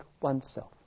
oneself